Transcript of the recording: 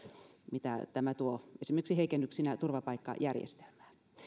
mitä tämä tuo esimerkiksi heikennyksinä turvapaikkajärjestelmään